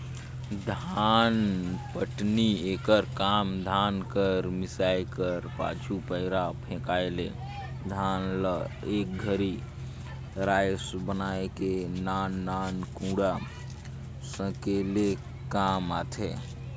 धानपटनी एकर काम धान कर मिसाए कर पाछू, पैरा फेकाए ले धान ल एक घरी राएस बनाए के नान नान कूढ़ा सकेले कर काम आथे